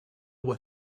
were